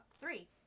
three